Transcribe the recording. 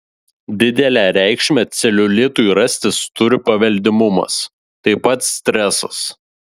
didelę reikšmę celiulitui rastis turi paveldimumas taip pat stresas